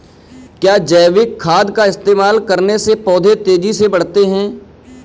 क्या जैविक खाद का इस्तेमाल करने से पौधे तेजी से बढ़ते हैं?